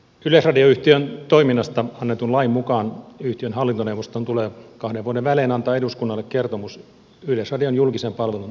yleisradioyhtiön toiminnasta annetun lain mukaan yhtiön hallintoneuvoston tulee kahden vuoden välein antaa eduskunnalle kertomus yleisradion julkisen palvelun toteutumisesta